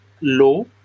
low